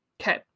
Okay